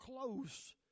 close